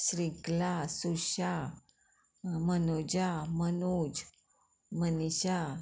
Shrikla Susha Manuja Manoj Manisha